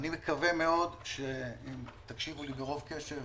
אני מקווה מאוד שתקשיבו לי ברוב קשב,